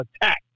attack